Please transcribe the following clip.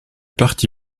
parti